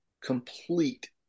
complete